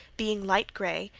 being light gray,